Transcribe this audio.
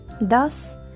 Thus